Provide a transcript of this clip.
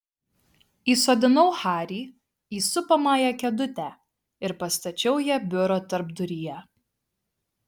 įsodinau harį į supamąją kėdutę ir pastačiau ją biuro tarpduryje